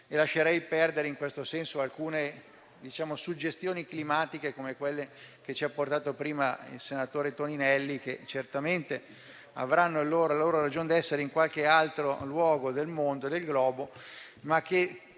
Lascerei perdere in questo senso alcune, diciamo, suggestioni climatiche come quelle che ci ha riportato prima il senatore Toninelli, che certamente avranno la loro ragion d'essere in qualche altro luogo del mondo, ma che